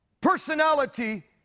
personality